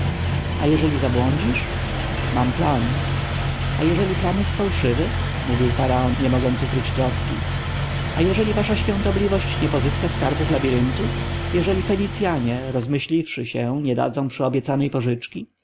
a jeżeli zabłądzisz mam plan a jeżeli plan jest fałszywy mówił faraon nie mogąc ukryć troski a jeżeli wasza świątobliwość nie pozyska skarbów labiryntu jeżeli fenicjanie rozmyśliwszy się nie dadzą przyobiecanej pożyczki